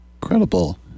credible